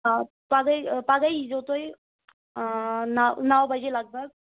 آ پگاہ پگاہ یی زیٚو تُہۍ نَو نَو بَجے لگ بگ